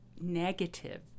negative